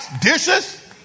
dishes